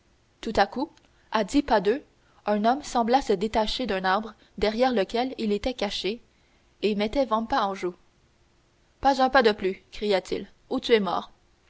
tout à coup à dix pas d'eux un homme sembla se détacher d'un arbre derrière lequel il était caché et mettait vampa en joue pas un pas de plus cria-t-il ou tu es mort